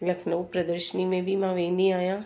लखनऊ प्रदर्शनी में बि मां वेंदी आहियां